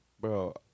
Bro